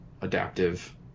adaptive